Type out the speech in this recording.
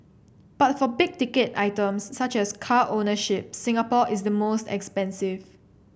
but for big ticket items such as car ownership Singapore is the most expensive